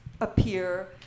appear